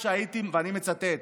ואני מצטט: